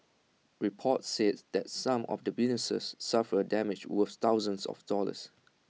reports says that some of the businesses suffered damage worth thousands of dollars